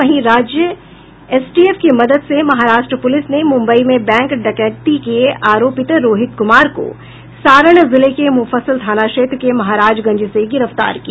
वहीं राज्य एसटीएफ की मदद से महाराष्ट्र पुलिस ने मुंबई में बैंक डकैती के आरोपित रोहित कुमार को सारण जिले के मुफस्सिल थाना क्षेत्र के महाराजगंज से गिरफ्तार किया